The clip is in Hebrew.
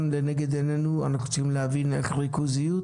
לנגד עינינו אנחנו צריכים להבין איך ריכוזיות